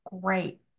great